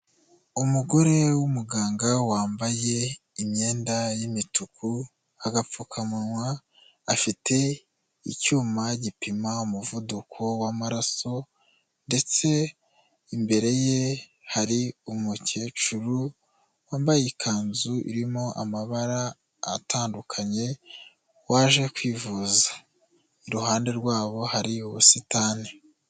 Umugore w'umuganga wambaye imyenda y'imituku, agapfukamunwa, afite icyuma gipima umuvuduko w'amaraso ndetse imbere ye hari umukecuru wambaye ikanzu irimo amabara atandukanye waje kwivuza, iruhande rwabo hari ubusitani.